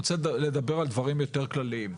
אבל אני רוצה לדבר על דברים יותר כלליים.